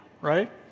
right